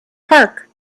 park